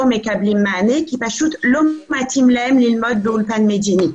מקבלים מענה כי פשוט לא מתאים להם ללמוד באולפן מדינה,